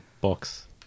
box